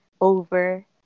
over